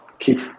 keep